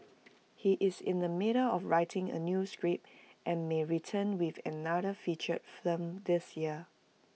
he is in the middle of writing A new script and may return with another feature film this year